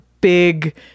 big